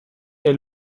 est